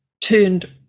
turned